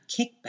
kickback